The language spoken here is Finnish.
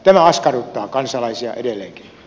tämä askarruttaa kansalaisia edelleenkin